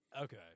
okay